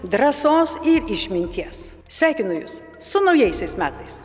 drąsos ir išminties sveikinu jus su naujaisiais metais